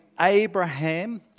Abraham